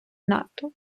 нато